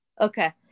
Okay